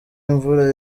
imvura